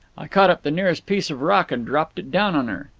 i caught up the nearest piece of rock and dropped it down on her.